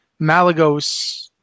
Malagos